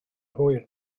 hwyr